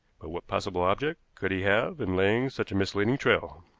but what possible object could he have in laying such a misleading trail?